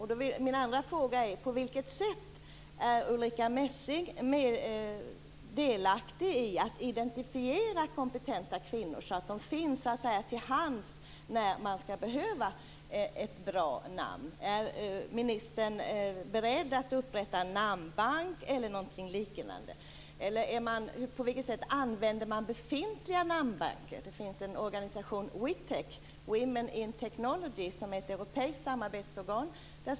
På vilket sätt är Ulrica Messing delaktig i att identifiera kompetenta kvinnor så att de finns till hands när ett bra namn behövs? Är ministern beredd att upprätta en namnbank? På vilket sätt används befintliga namnbanker? Sverige är med i organisationen WHITEC, Women in Technology, ett europeiskt samarbetsorgan.